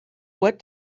what